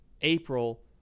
April